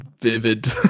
Vivid